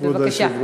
בבקשה.